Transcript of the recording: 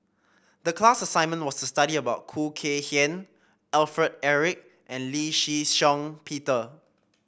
the class assignment was to study about Khoo Kay Hian Alfred Eric and Lee Shih Shiong Peter